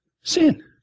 sin